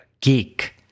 Geek